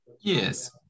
Yes